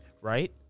Right